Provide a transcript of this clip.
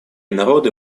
народы